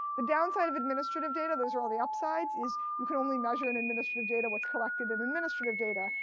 the downside of administrative data those are all the upsides is you can only measure in administrative data what's collected in administrative data.